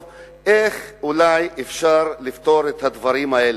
איך אפשר אולי לפתור את הדברים האלה.